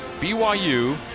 BYU